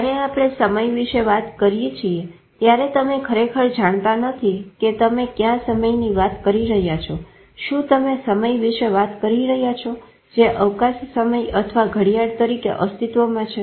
જયારે આપણે સમય વિશે વાત કરીએ છીએ ત્યારે તમે ખરેખર જાણતા નથી કે તમે ક્યાં સમયની વાત કરી રહ્યા છો શું તમે સમય વિશે વાત કરી રહ્યા છો જે અવકાશ સમય અથવા ઘડિયાળ તરીકે અસ્તિત્વમાં છે